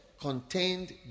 contained